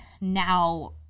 now